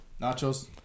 Nachos